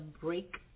break